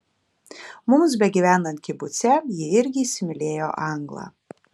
mums begyvenant kibuce ji irgi įsimylėjo anglą